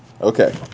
Okay